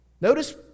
Notice